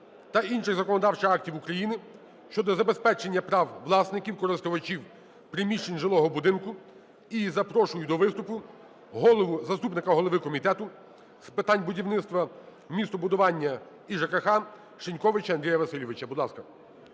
та інших законодавчих актів України щодо забезпечення прав власників (користувачів) приміщень жилого будинку. І запрошую до виступу заступника голови Комітету з питань будівництва, містобудування і ЖКХ Шиньковича Андрія Васильовича.